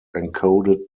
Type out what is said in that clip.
encoded